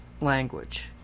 language